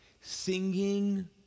singing